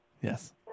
Yes